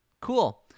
Cool